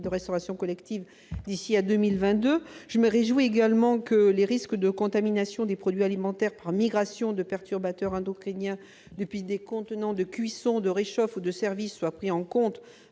de restauration collective d'ici à 2022. Je me réjouis également que les risques de contamination des produits alimentaires par migration de perturbateurs endocriniens depuis des contenants de cuisson, de réchauffe ou de service soient pris en compte,